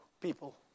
people